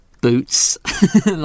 boots